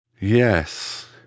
Yes